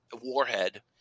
warhead